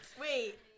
Wait